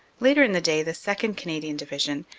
later in the day the second. canadian division,